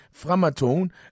Framatone